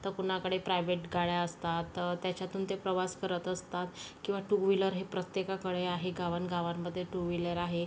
तर कुणाकडे प्रायवेट गाड्या असतात तर त्याच्यातून ते प्रवास करत असतात किंवा टू व्हीलर हे प्रत्येकाकडे आहे गावांगावांमध्ये टू व्हीलर आहे